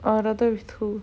I'll rather with two